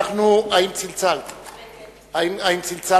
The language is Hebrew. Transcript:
נא לשבת